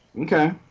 Okay